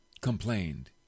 complained